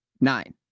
nine